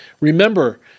Remember